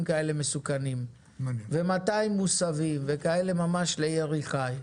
כאלה מסוכנים ו-200 מוסבים ממש לירי חי,